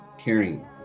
caring